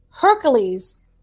Hercules